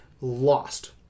lost